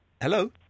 Hello